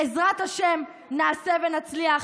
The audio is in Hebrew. בעזרת השם נעשה ונצליח,